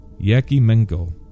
Yakimenko